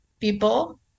people